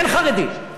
אין חרדים.